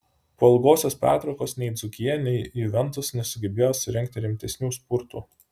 po ilgosios pertraukos nei dzūkija nei juventus nesugebėjo surengti rimtesnių spurtų